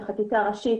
בחקיקה ראשית,